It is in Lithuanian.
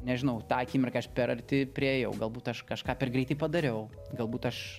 nežinau tą akimirką aš per arti priėjau galbūt aš kažką per greitai padariau galbūt aš